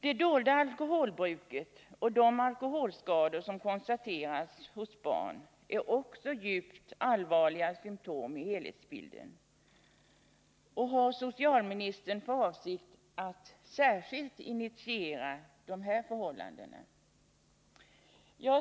Det dolda alkoholbruket och de alkoholskador som konstaterats hos barn är också djupt allvarliga symtom i helhetsbilden. Har socialministern för avsikt att ta något särskilt initiativ med anledning av dessa förhållanden?